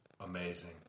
amazing